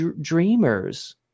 dreamers